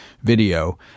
video